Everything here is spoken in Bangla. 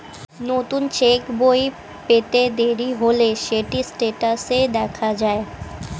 নতুন চেক্ বই পেতে দেরি হলে সেটি স্টেটাসে দেখা যায়